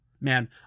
Man